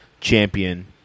champion